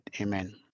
Amen